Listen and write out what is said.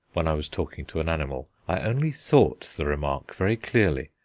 when i was talking to an animal i only thought the remark very clearly,